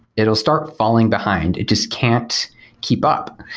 it'll start falling behind. it just can't keep up.